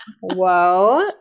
whoa